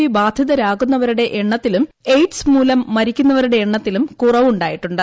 V ബാധിതരാകുന്നവരുടെ എണ്ണത്തിലും AIDS മൂലം മരിക്കുന്നവരുടെ എണ്ണത്തിലും കുറവ് ഉണ്ടായിട്ടുണ്ട്